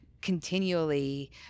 continually